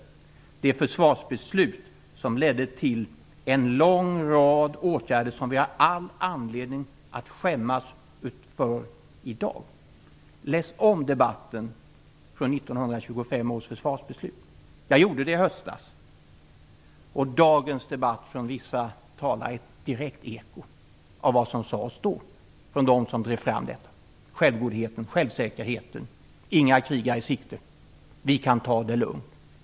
Det var det försvarsbeslut som ledde till en lång rad åtgärder som vi har all anledning att skämmas för i dag. Läs om debatten inför 1925 års försvarsbeslut! Jag gjorde det i höstas. Dagens inlägg från vissa talare är ett direkt eko av vad som sades då från dem som drev fram beslutet. Självgodheten och självsäkerheten är desamma: Inga krig är i sikte. Vi kan ta det lugnt.